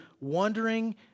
wondering